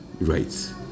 rights